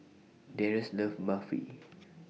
Darrius loves Barfi